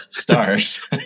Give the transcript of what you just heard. Stars